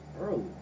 Early